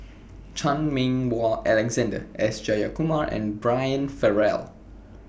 Chan Meng Wah Alexander S Jayakumar and Brian Farrell